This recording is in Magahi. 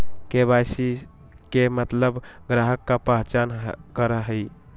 के.वाई.सी के मतलब ग्राहक का पहचान करहई?